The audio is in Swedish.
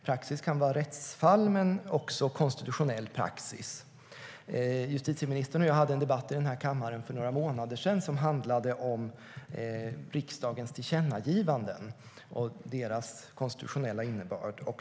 Praxis kan vara rättsfall men också konstitutionell praxis. Justitieministern och jag hade en debatt här i kammaren för några månader sedan som handlade om riksdagens tillkännagivanden och deras konstitutionella innebörd.